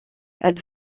elles